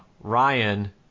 Ryan